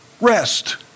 Rest